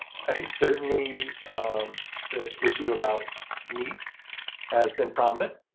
i think certainly the issue about meat has been prominent,